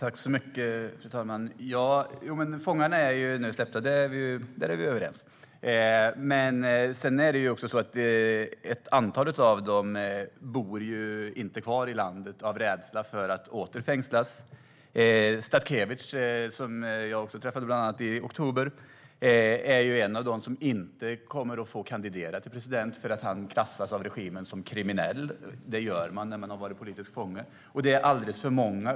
Fru talman! Fångarna är nu släppta. Där är vi överens. Men ett antal av dem bor inte kvar i landet av rädsla för att åter fängslas. Statkevitj, som jag träffade i oktober, är en av dem som inte kommer att få kandidera till president eftersom han av regimen klassas som kriminell. När man har varit politisk fånge blir man klassad som kriminell.